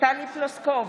טלי פלוסקוב,